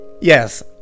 yes